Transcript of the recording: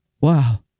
Wow